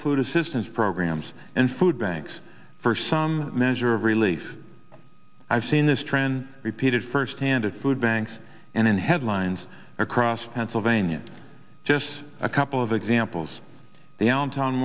food assistance programs and food banks for some measure of relief i've seen this trend repeated firsthand of food banks and in headlines across pennsylvania just a couple of examples